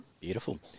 Beautiful